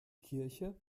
kirche